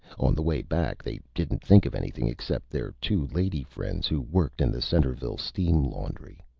on the way back they didn't think of anything except their two lady friends, who worked in the centreville steam laundry.